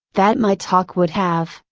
that my talk would have,